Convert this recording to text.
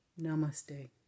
Namaste